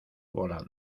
volando